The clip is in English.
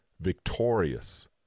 victorious